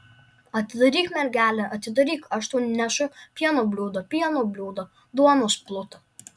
atidaryk mergele atidaryk aš tau nešu pieno bliūdą pieno bliūdą duonos plutą